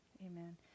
Amen